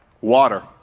water